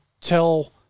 tell